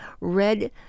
red